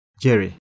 Jerry